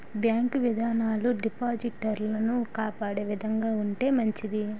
bank విధానాలు డిపాజిటర్లను కాపాడే విధంగా ఉంటే మంచిది